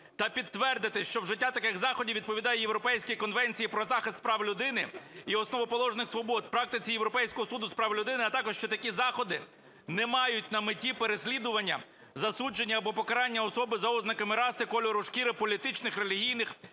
та підтвердити, що вжиття таких заходів відповідає Європейській конвенції про захист прав людини і основоположних свобод в практиці Європейського суду з прав людини, а також, що такі заходи не мають на меті переслідування, засудження або покарання особи за ознаками раси, кольору шкіри, політичних, релігійних